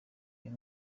uyu